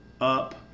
up